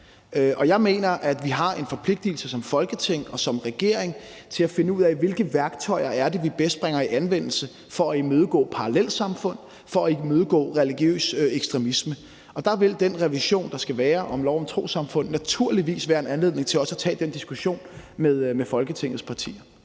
Og jeg mener, at vi har en forpligtigelse som Folketing og som regering til at finde ud af, hvilke værktøjer vi bedst bringer i anvendelse for at imødegå parallelsamfund og for at imødegå religiøs ekstremisme. Og der vil den revision, der skal være, af loven om andre trossamfund naturligvis være en anledning til også at tage den diskussion med Folketingets partier.